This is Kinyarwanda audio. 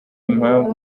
impamvu